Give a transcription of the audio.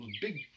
big